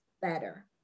better